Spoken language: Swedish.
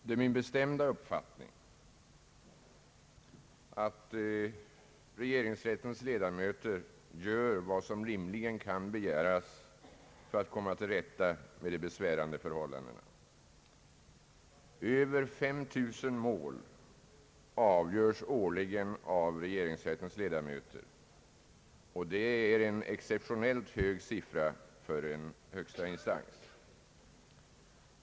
Det är min bestämda uppfattning att regeringsrättens ledamöter gör vad som rimligen kan begäras för att komma till rätta med de besvärande förhållandena. över 5 000 mål avgörs årligen av regeringsrättens ledamöter, vilket är en exceptionellt hög siffra för en högsta instans.